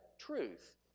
truth